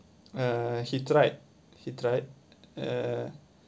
uh he tried he tried uh